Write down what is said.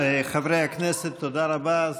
חברי הכנסת, תודה רבה.